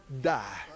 die